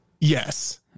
Yes